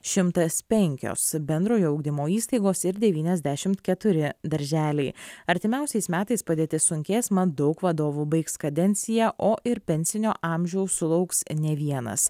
šimtas penkios bendrojo ugdymo įstaigos ir devyniasdešimt keturi darželiai artimiausiais metais padėtis sunkės mat daug vadovų baigs kadenciją o ir pensinio amžiaus sulauks ne vienas